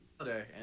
okay